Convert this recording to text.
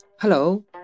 Hello